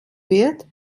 wird